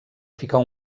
ficar